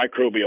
microbial